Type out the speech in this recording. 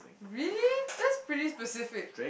really that's pretty specific